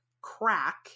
crack